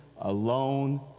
alone